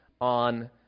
on